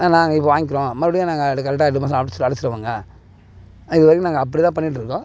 நாங்கள் இப்போது வாங்கிக்கிறோம் மறுபடியும் நாங்கள் கரெக்டாக எட்டு மாதம் அடைத்து அடைத்திடுவோங்க இதுவரைக்கும் நாங்கள் அப்படிதான் பண்ணிகிட்ருக்கோம்